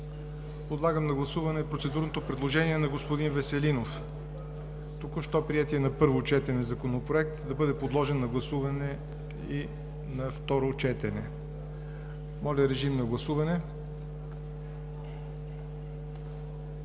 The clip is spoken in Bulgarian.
Подлагам на гласуване процедурното предложение на господин Веселинов, току-що приетият на първо четене Законопроект, да бъде подложен на гласуване и на второ четене. Моля, гласувайте.